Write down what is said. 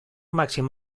màxim